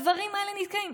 הדברים האלה נתקעים.